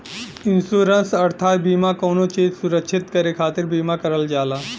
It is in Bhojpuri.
इन्शुरन्स अर्थात बीमा कउनो चीज सुरक्षित करे खातिर बीमा करल जाला